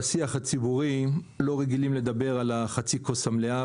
בשיח הציבורי לא רגילים לדבר על חצי הכוס המלאה,